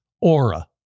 Aura